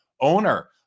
owner